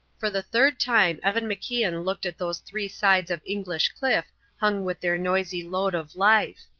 for the third time evan macian looked at those three sides of english cliff hung with their noisy load of life.